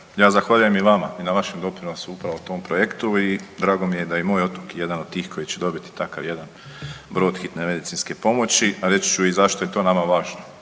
Ja zahvaljujem i vama i na vašem doprinosu upravo tom projektu i drago mi je da je i moj otok jedan od tih koji će dobiti takav jedan brod Hitne medicinske pomoći, a reći ću i zašto je to nama važno.